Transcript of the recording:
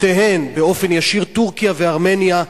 באופן ישיר, טורקיה וארמניה,